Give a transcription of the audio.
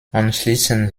anschließend